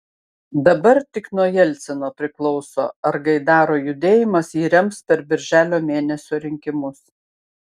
dabar tik nuo jelcino priklauso ar gaidaro judėjimas jį rems per birželio mėnesio rinkimus